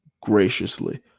graciously